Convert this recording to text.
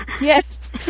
Yes